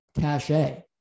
cachet